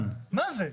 מה זה?